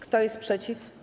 Kto jest przeciw?